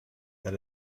that